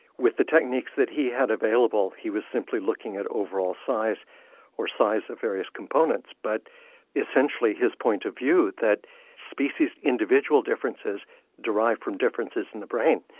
with the techniques that he had available, he was simply looking at overall size or size of various components, but essentially his point of view that species' individual differences derived from differences in the brain,